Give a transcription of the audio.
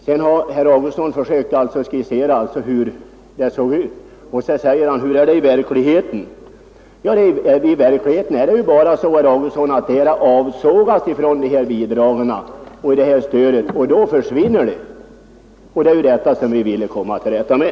Herr Augustsson frågar hur det ser ut, och så säger han: Hur är det i verkligheten? Ja, i verkligheten är det ju bara så, herr Augustsson, att de här bönderna avsågats från dessa bidrag och detta stöd, och då försvinner jordbruken. Det är denna sak vi ville komma till rätta med.